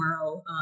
tomorrow